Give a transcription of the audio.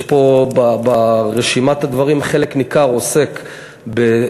יש פה ברשימת הדברים, חלק ניכר עוסק בהכשרות.